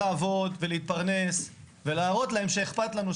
לעבוד ולהתפרנס ולהראות להם שאכפת לנו,